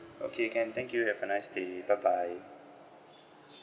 okay can thank you have a nice day bye bye